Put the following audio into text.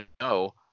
no